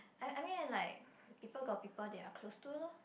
I I mean like people got people they are close to loh